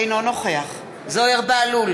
אינו נוכח זוהיר בהלול,